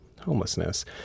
homelessness